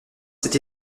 cet